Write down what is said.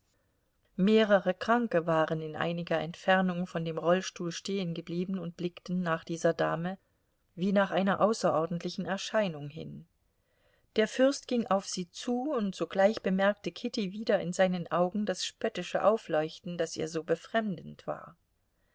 mehrere kranke waren in einiger entfernung von dem rollstuhl stehengeblieben und blickten nach dieser dame wie nach einer außerordentlichen erscheinung hin der fürst ging auf sie zu und sogleich bemerkte kitty wieder in seinen augen das spöttische aufleuchten das ihr so befremdend war